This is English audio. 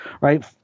right